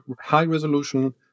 high-resolution